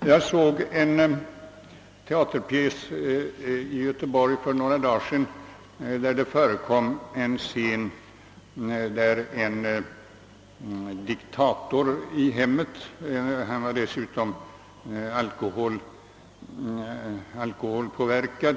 Jag såg för några dagar sedan en teaterpjäs i Göteborg, där det förekom en scen med en man som var diktator i sitt hem. Han var även alkoholmissbrukare och uppträdde